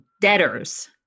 debtors